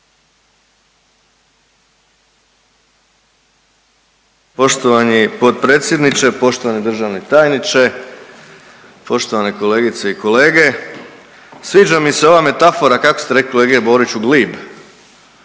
Poštovani potpredsjedniče, poštovani državni tajniče, poštovane kolegice i kolege. Sviđa mi se ova metafora kako ste rekli kolega Boriću glib,